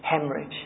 hemorrhage